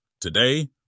today